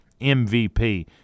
MVP